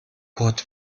port